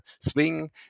swing